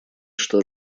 что